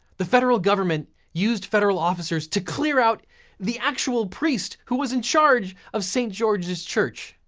the federal government used federal officers to clear out the actual priest who was in charge of st george's church,